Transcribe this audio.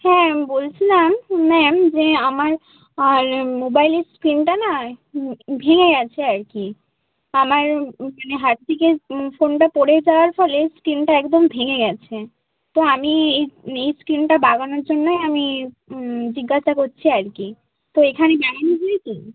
হ্যাঁ বলছিলাম ম্যাম যে আমার আর মোবাইলের স্ক্রিনটা না ভেঙে গেছে আর কি আমার মানে হাত থেকে ফোনটা পড়ে যাওয়ার ফলে স্ক্রিনটা একদম ভেঙে গেছে তো আমি এই এই স্ক্রিনটা বাগানোর জন্যই আমি জিজ্ঞাসা করছি আর কি তো এখানে বাগানো হয় তো